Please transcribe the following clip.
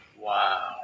Wow